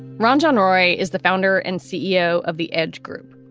ranjan orie is the founder and ceo of the edge group.